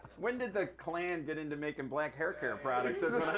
when did the klan get into making black hair care products,